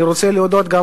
אני רוצה להודות גם,